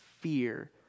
fear